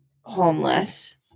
homeless